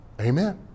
Amen